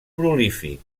prolífic